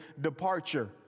departure